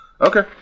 Okay